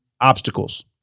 obstacles